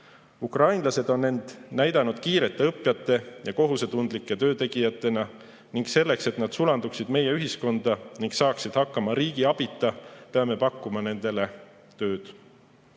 Ukrainlased on end näidanud kiirete õppijate ja kohusetundlike töötegijatena. Selleks, et nad sulanduksid meie ühiskonda ning saaksid hakkama riigi abita, peame pakkuma nendele tööd.